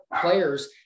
players